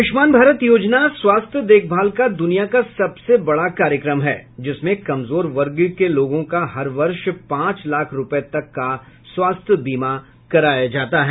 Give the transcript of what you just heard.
आयुष्मान भारत योजना स्वास्थ्य देखभाल का द्रनिया का सबसे बड़ा कार्यक्रम है जिसमें कमजोर वर्ग के लोगों का हर वर्ष पांच लाख रुपये तक स्वास्थ्य बीमा कराया जाता है